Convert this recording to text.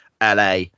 la